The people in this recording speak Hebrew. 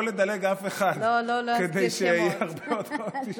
לא לדלג על אף אחד כדי שיהיה הרבה --- לא,